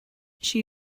she